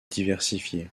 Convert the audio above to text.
diversifié